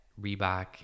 Reebok